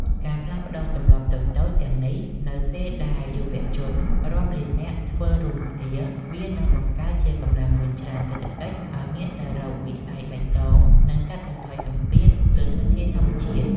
ការផ្លាស់ប្តូរទម្លាប់តូចៗទាំងនេះ នៅពេលដែលយុវជនរាប់លាននាក់ធ្វើរួមគ្នា វានឹងបង្កើតជាកម្លាំងរុញច្រានសេដ្ឋកិច្ចឱ្យងាកទៅរកវិស័យបៃតង និងកាត់បន្ថយសម្ពាធលើធនធានធម្មជាតិ។